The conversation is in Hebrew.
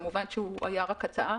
כמובן שהוא היה רק הצעה.